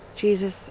Jesus